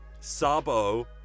Sabo